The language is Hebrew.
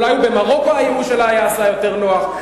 אולי במרוקו הייאוש שלה נעשה יותר נוח,